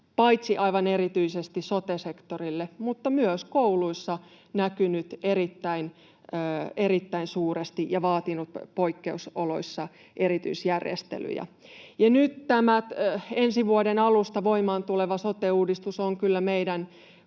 — aivan erityisesti sote-sektorille, mutta myös kouluissa se on näkynyt erittäin, erittäin suuresti ja vaatinut poikkeusoloissa erityisjärjestelyjä. Ja nyt ensi vuoden alusta voimaan tuleva sote-uudistus on kyllä meidän